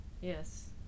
yes